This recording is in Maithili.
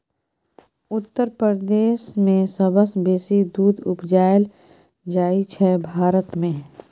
उत्तर प्रदेश मे सबसँ बेसी दुध उपजाएल जाइ छै भारत मे